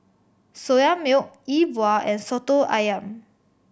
Soya Milk E Bua and Soto Ayam